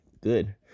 good